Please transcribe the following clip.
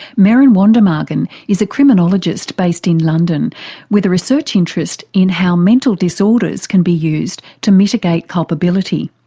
meron wondemaghen is a criminologist based in london with a research interest in how mental disorders can be used to mitigate culpability.